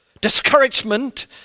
Discouragement